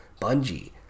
Bungie